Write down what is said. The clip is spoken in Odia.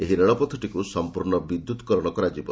ଏହି ରେଳପଥଟିକୁ ସମ୍ପର୍ଶ୍ଣ ବିଦ୍ୟୁତ୍ କରଣ କରାଯିବ